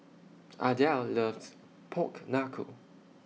Ardelle loves Pork Knuckle